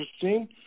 interesting